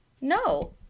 no